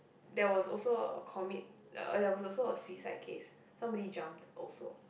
there was also a commit uh there was a suicide case somebody jumped also